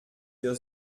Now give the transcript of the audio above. wir